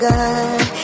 God